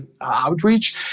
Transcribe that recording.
outreach